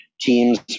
Teams